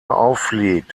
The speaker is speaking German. auffliegt